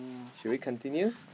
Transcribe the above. should we continue